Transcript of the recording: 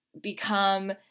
become